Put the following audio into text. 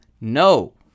no